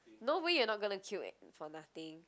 no way you're not gonna queue for nothing